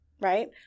right